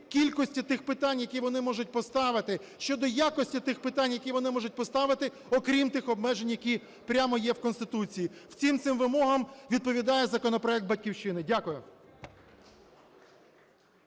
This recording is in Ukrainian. кількості тих питань, які вони можуть поставити, щодо якості тих питань, які вони можуть поставити, окрім тих обмежень, які прямо є в Конституції. Всім цим вимогам відповідає законопроект "Батьківщини". Дякую.